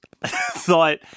thought